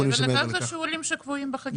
שיעורים שקבועים בחקיקה.